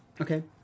Okay